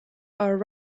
are